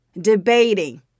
Debating